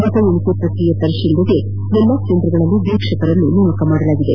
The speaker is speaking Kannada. ಮತ ಎಣಿಕೆ ಪ್ರಕ್ರಿಯೆ ಪರಿಶೀಲನೆಗೆ ಎಲ್ಲ ಕೇಂದ್ರಗಳಲ್ಲಿ ವೀಕ್ಷಕರನ್ನು ನೇಮಿಸಲಾಗಿದೆ